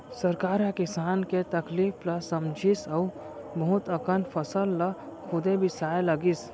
सरकार ह किसान के तकलीफ ल समझिस अउ बहुत अकन फसल ल खुदे बिसाए लगिस